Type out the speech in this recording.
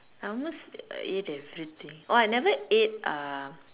I almost eat everything oh I never eat uh